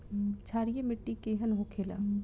क्षारीय मिट्टी केहन होखेला?